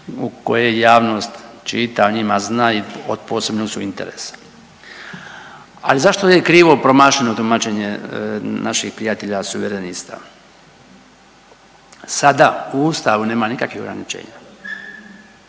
u koje javnost čita, o njima zna i od posebnog su interesa, ali zašto je uvijek krivo promašeno tumačenje naših prijatelja Suverenista? Sada u ustavu nema nikakvih ograničenja,